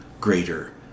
greater